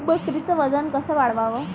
बकरीचं वजन कस वाढवाव?